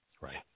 Right